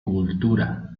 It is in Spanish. cultura